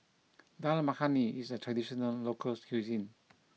Dal Makhani is a traditional local cuisine